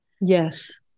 Yes